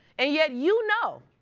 and yet, you know.